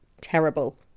terrible